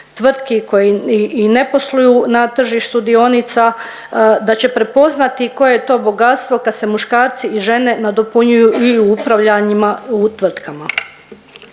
tvrtki koje i ne posluju na tržištu dionica, da će prepoznati koje je to bogatstvo kad se muškarci i žene nadopunjuju i u upravljanjima u tvrtkama.